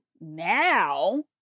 now